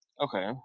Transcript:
Okay